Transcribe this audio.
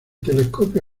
telescopio